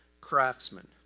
craftsman